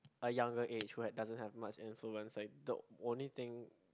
a younger age who had doesn't have much influence like the only thing